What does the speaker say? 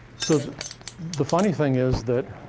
so the the funny thing is that